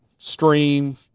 stream